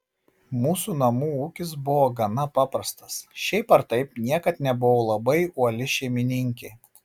mūsų namų ūkis buvo gana paprastas šiaip ar taip niekad nebuvau labai uoli šeimininkė